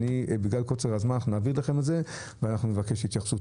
בגלל קוצר הזמן אנחנו נעביר לכם את זה ונבקש התייחסות.